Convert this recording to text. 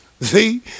See